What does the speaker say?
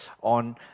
on